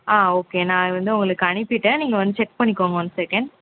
ஆ okay நான் வந்து உங்களுக்கு அனுப்பிவிட்டேன் நீங்கள் வந்து செக் பண்ணிக்கோங்க ஒன் செகெண்ட்